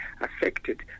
affected